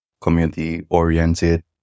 community-oriented